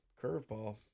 Curveball